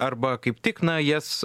arba kaip tik na jas